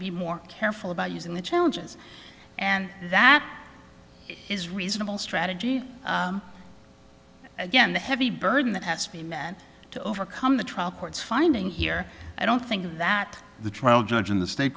be more careful about using the challenges and that his reasonable strategy again the heavy burden that has to be met to overcome the trial court's finding here i don't think that the trial judge in the state